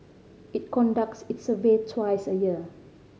it conducts its survey twice a year